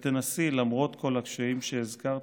נסי, למרות כל הקשיים שהזכרתי,